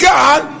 God